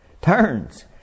turns